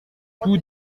tous